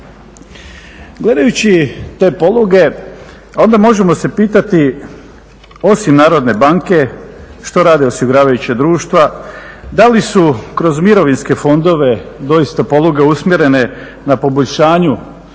Gledajući te poluge onda možemo se pitati osim Narodne banke što rade osiguravajuća društva, da li su kroz mirovinske fondove doista poluge usmjerene na poboljšanju